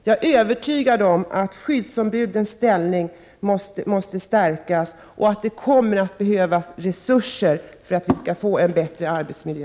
Jag är övertygad om att skyddsombudens ställning måste stärkas och att det kommer att behövas resurser för att vi skall få en bättre arbetsmiljö.